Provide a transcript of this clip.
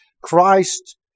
Christ